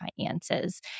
finances